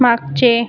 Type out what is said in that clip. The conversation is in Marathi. मागचे